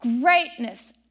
greatness